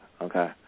Okay